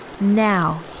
Now